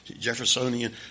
Jeffersonian